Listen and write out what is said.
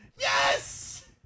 Yes